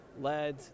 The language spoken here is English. Led